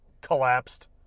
Collapsed